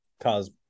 cause